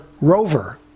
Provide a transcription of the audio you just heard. rover